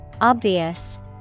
Obvious